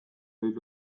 olid